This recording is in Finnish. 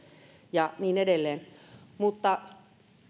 ja niin edelleen mutta